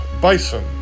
Bison